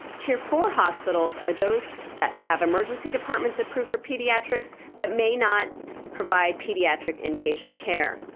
tier four hospitals are those that have emergency departments approved for pediatrics but may not provide pediatric inpatient care.